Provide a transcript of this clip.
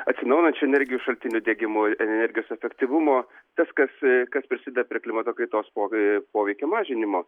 atsinaujinančių energijos šaltinių diegimui energijos efektyvumo tas kas kas prisideda prie klimato kaitos poveikio poveikio mažinimo